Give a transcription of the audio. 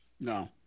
No